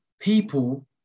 people